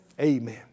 Amen